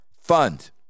fund